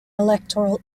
electoral